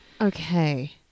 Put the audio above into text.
Okay